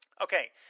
Okay